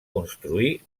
construir